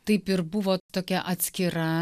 taip ir buvo tokia atskira